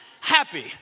Happy